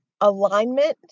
alignment